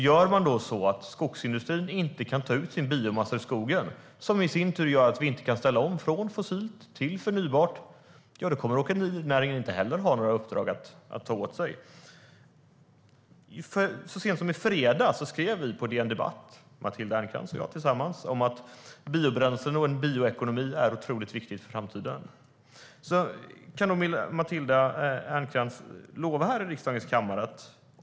Gör man då så att skogsindustrin inte kan ta ut sin biomassa ur skogen, vilket i sin tur gör att vi inte kan ställa om från fossilt till förnybart, kommer åkerinäringen inte att ha några uppdrag att ta på sig. Så sent som i fredags skrev vi på DN Debatt, Matilda Ernkrans och jag tillsammans, om att biobränslen och en bioekonomi är otroligt viktigt för framtiden.